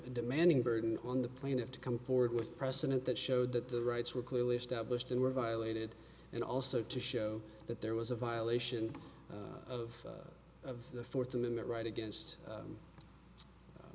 demanding burden on the plaintiff to come forward with precedent that showed that the rights were clearly established and were violated and also to show that there was a violation of of the fourth amendment right against